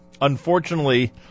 unfortunately